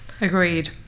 agreed